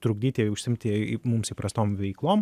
trukdyti užsiimti mums įprastom veiklom